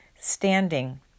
standing